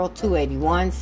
281